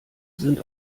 sind